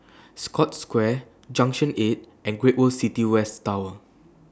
Scotts Square Junction eight and Great World City West Tower